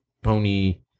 pony